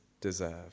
deserve